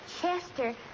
Chester